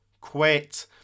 Quit